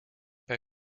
bei